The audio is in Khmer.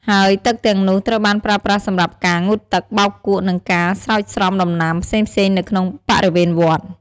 ហើយទឹកទាំងនោះត្រូវបានប្រើប្រាស់សម្រាប់ការ ងូតទឹក បោកគក់ និងការ ស្រោចស្រពដំណាំ ផ្សេងៗនៅក្នុងបរិវេណវត្ត។